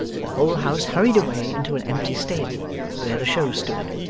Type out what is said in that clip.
the whole house hurried away into an empty stable where the show stood,